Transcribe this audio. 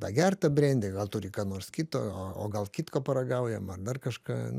pagert tą brendį gal turi ką nors kito o o gal kitko paragaujam ar dar kažką